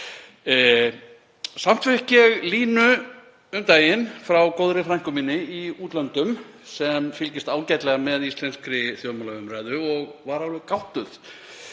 Samt fékk ég línu um daginn frá góðri frænku minni í útlöndum sem fylgist ágætlega með íslenskri þjóðmálaumræðu og var alveg gáttuð